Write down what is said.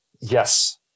Yes